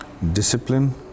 Discipline